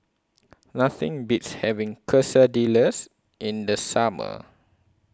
Nothing Beats having Quesadillas in The Summer